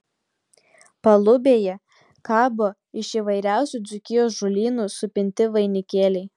palubėje kabo iš įvairiausių dzūkijos žolynų supinti vainikėliai